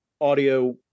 audio